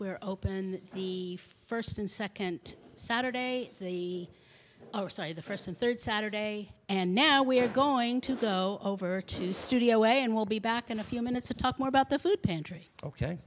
we're open the first and second saturday the other side the first and third saturday and now we are going to go over to the studio and we'll be back in a few minutes to talk more about the food pantry ok